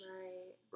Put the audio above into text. right